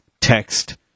text